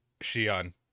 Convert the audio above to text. Shion